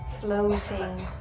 floating